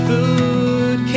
Food